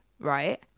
right